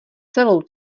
celou